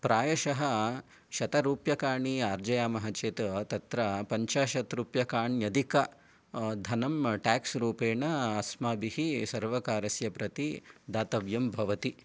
प्रायशः शतरुप्यकाणि आर्जयामः चेत् तत्र पञ्चाशत् रूप्यकाण्यधिक धनं टेक्स् रुपेण अस्माभिः सर्वकारस्य प्रति दातव्यं भवति